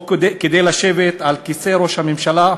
או כדי לשבת על כיסא ראש הממשלה,